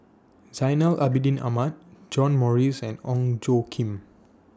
Zainal Abidin Ahmad John Morrice and Ong Tjoe Kim